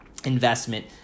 investment